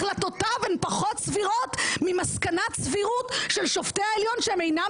החלטותיו הן פחות סבירות ממסקנת סבירות של שופטי העליון שהם אינם